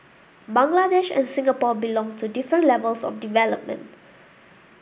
Bangladesh and Singapore belong to different levels of development